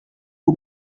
w’u